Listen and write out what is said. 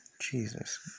Jesus